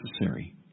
necessary